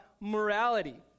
morality